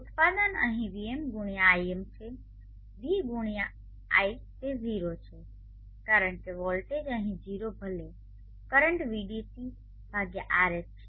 ઉત્પાદન અહીં Vm ગુણ્યા Im છે V ગુણ્યા I તે 0 છે કારણ કે વોલ્ટેજ અહીં 0 ભલે કરંટ Vdc ભાગ્યા RS છે